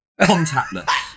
contactless